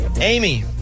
Amy